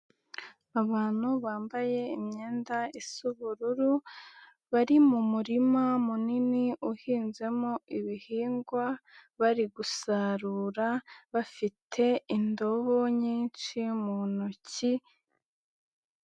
Abantu bambaye imyenda isa ubururu bari mu murima munini uhinzemo ibihingwa, bari gusarura bafite indobo nyinshi mu ntoki.